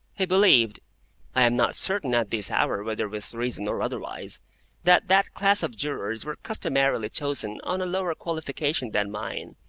he believed i am not certain at this hour whether with reason or otherwise that that class of jurors were customarily chosen on a lower qualification than mine,